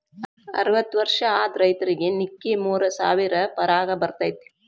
ಅರ್ವತ್ತ ವರ್ಷ ಆದ ರೈತರಿಗೆ ನಿಕ್ಕಿ ಮೂರ ಸಾವಿರ ಪಗಾರ ಬರ್ತೈತಿ